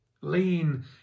Lean